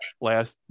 last